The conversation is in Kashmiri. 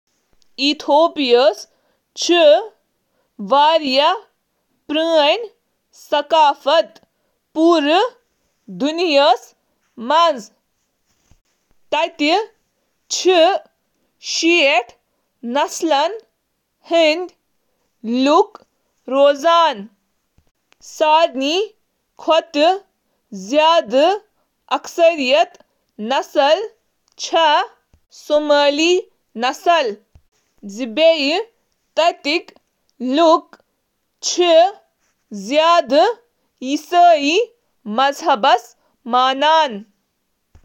ایتھوپیاہس منٛز چُھ اکھ بھرپور تہٕ مخصوص ثقافت یتھ منٛز شٲمل: مذہب، ایتھوپیائی باشندن ہنٛز اکثریت چِھ آرتھوڈوکس عیسائی، تہٕ ایتھوپیائی آرتھوڈوکس ٹیواہیڈو۔ زبان، موسیقی، خوراک، صنفی کردار تہٕ باقی تہٕ